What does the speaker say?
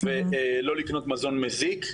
ולא לקנות מזון מזיק.